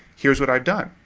here's what i have done.